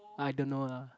I don't know lah